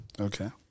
Okay